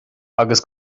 agus